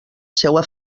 seua